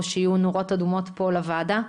או שיהיו נורות אדומות פה לוועדה?